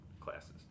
classes